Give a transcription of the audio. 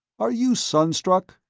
are you sunstruck?